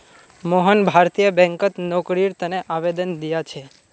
मोहन भारतीय बैंकत नौकरीर तने आवेदन दिया छे